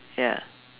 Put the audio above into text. ya